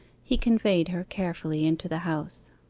he conveyed her carefully into the house.